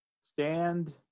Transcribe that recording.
stand